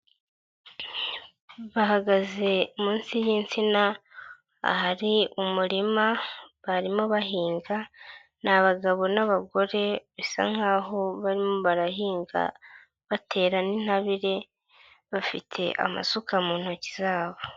Bahagaze munsi y'insina ahari umurima barimo bahinga, ni abagabo n'abagore bisa nkaho barimo barahinga batera n'intabire, bafite amasuka mu ntoki zabo.